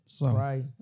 right